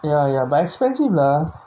ya ya but expensive lah